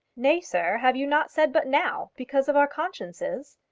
nay, sir have you not said but now, because of our consciences?